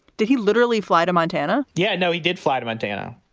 did he literally fly to montana? yeah. no, he did fly to montana